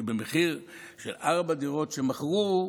כי במחיר של ארבע דירות שמכרו,